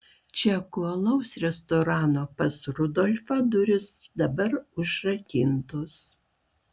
čekų alaus restorano pas rudolfą durys dabar užrakintos